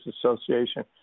Association